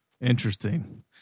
Interesting